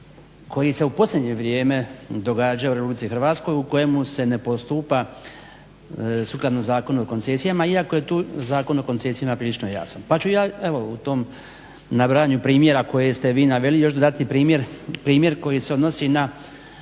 koji se u posljednje vrijeme događaju u Republici Hrvatskoj u kojemu se ne postupa sukladno Zakonu o koncesijama, iako je tu Zakon o koncesijama prilično jasan. Pa ću ja evo u tom nabrajanju primjera koje ste vi naveli još dodati primjer koji se odnosi na,